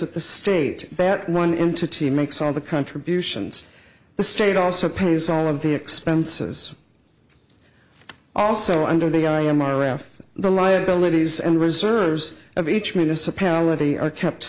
that the state that one entity makes all the contributions the state also pays all of the expenses also under the i m r after the liabilities and reserves of each municipality a